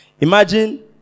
Imagine